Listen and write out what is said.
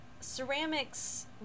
ceramics